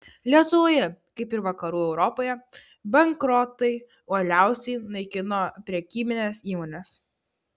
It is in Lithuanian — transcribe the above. lietuvoje kaip ir vakarų europoje bankrotai uoliausiai naikino prekybines įmones